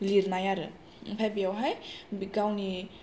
लिरनाय आरो ओमफाय बेयावहाय बि गावनि